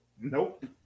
Nope